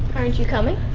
aren't you coming?